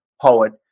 poet